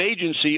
agency